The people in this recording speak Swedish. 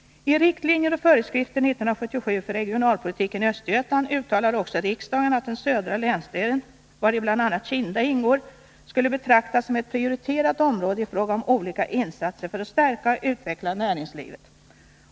I 1977 års riktlinjer och föreskrifter för regionalpolitiken i Östergötland uttalade också riksdagen att den södra länsdelen, vari bl.a. Kinda ingår, skulle betraktas som ett prioriterat område i fråga om olika insatser för att stärka och utveckla näringslivet.